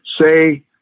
say